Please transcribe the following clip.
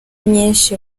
nyinshi